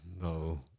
no